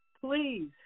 Please